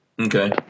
Okay